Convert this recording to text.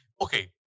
okay